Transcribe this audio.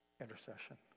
intercession